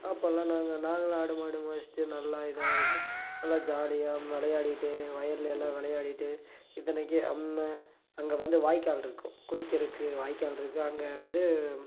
அப்போலாம் நாங்கள் நாங்களும் ஆடு மாடு மேய்ச்சிட்டு நல்லா இதாக இருக்கும் நல்லா ஜாலியாகவும் விளையாடிட்டே வயலில் எல்லாம் விளையாடிட்டு இத்தனைக்கும் நம்ம அங்கே வந்து வாய்க்கால் இருக்கும் குளிக்கிறக்கு வாய்க்கால் இருக்குது அங்கே வந்து